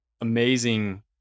amazing